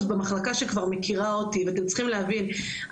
במחלקה שכבר מכירה אותי ואתם צריכים להבין,